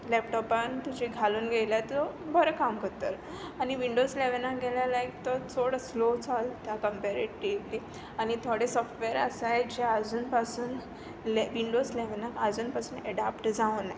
लॅपटॉपान तुज्या घालून घेतल्यार तो बरें काम करतलो आनी विंडोज इलेवनान गेल्यार लायक तो चड पूण तो स्लोव चोलता कम्पेरिटिवली आनी थोडे सॉफ्टवॅर आसाय जे आजून पासून विंडोज इलेवनाक अजून पसून एडॅप्ट जावंक ना